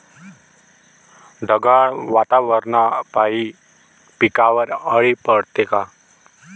ढगाळ वातावरनापाई पिकावर अळी पडते का?